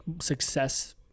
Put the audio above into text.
success